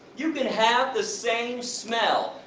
you can have the same smell,